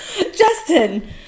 Justin